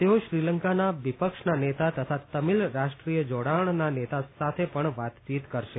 તેઓ શ્રીલંકાના વિપક્ષના નેતા તથા તમીલ રાષ્ટ્રીય જાડાણના નેતા સાથે પણ વાતચીત કરશે